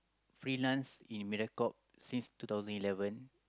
free lunch in Mediacorp since two thousand eleven